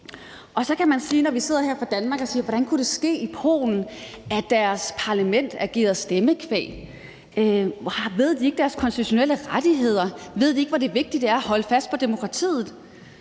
Så kan man sige, når vi sidder her i Danmark, hvordan det kunne ske i Polen, at deres parlament agerede stemmekvæg. Kender de ikke deres konstitutionelle rettigheder? Ved de ikke, hvor vigtigt det er at holde fast på demokratiet?